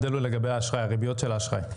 ההבדל הוא לגבי האשראי, הריביות של האשראי.